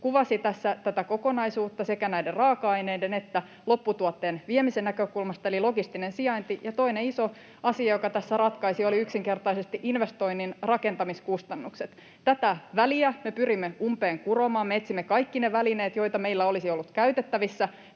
kuvasi tässä tätä kokonaisuutta — sekä näiden raaka-aineiden että lopputuotteen viemisen näkökulmasta. Eli logistinen sijainti, ja toinen iso asia, joka tässä ratkaisi, olivat yksinkertaisesti investoinnin rakentamiskustannukset. Tätä väliä me pyrimme umpeen kuromaan. Me etsimme kaikki ne välineet, joita meillä olisi ollut käytettävissä